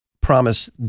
promise